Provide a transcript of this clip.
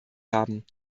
haben